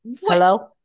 hello